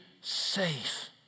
safe